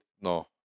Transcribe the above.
No